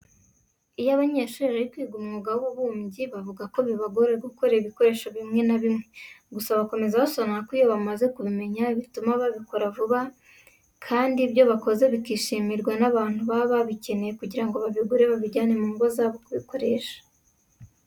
Iyo abanyeshuri bari kwiga umwuga w'ububumbyi bavuga ko bibagora gukora ibikoresho bimwe na bimwe. Gusa bakomeza basobanura ko iyo bamaze kubimenya bituma bakora vuba bandi ibyo bakoze bikishimirwa n'abantu baba babikeneye ngo babibure babijyane mu ngo zabo kubikoresha.